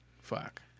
Fuck